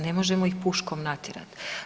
Ne možemo ih puškom natjerati.